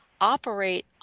operate